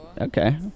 okay